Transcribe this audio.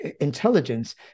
intelligence